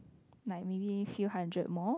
like maybe few hundred more